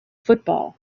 football